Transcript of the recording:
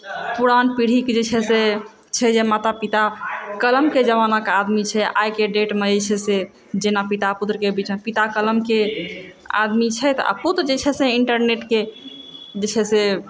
पुरान पीढ़ीके जे छै से छै जे माता पिता कलमके जमानाके आदमी छै आइके डेटमे जे छै से जेना पिता पुत्रके बीचमे पिता कलमके आदमी छथि आओर पुत्र जे छथि से इन्टरनेटके जे छै से